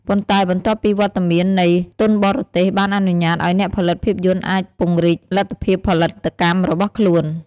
ប៉ុន្តែបន្ទាប់ពីវត្តមាននៃ ទុនបរទេស បានអនុញ្ញាតឱ្យអ្នកផលិតភាពយន្តអាច ពង្រីកលទ្ធភាពផលិតកម្មរបស់ខ្លួន។